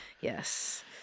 Yes